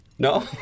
No